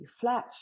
Flash